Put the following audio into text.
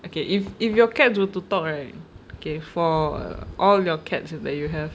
okay if if your cats were to talk right okay for all your cats that you have